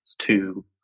two